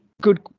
good